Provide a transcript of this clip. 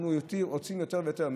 אנחנו רוצים יותר ויותר.